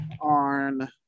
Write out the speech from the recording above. on